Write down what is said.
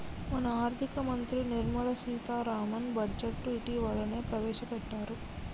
మన ఆర్థిక మంత్రి నిర్మల సీతారామన్ బడ్జెట్ను ఇటీవలనే ప్రవేశపెట్టారు